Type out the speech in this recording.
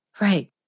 Right